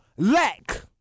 Lack